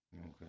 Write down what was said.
Okay